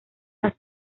las